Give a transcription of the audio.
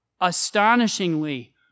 astonishingly